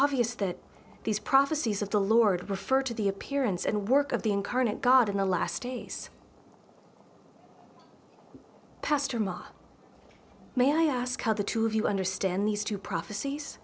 obvious that these prophecies of the lord refer to the appearance and work of the incarnate god in the last days pastor ma may i ask how the two of you understand these two prophecies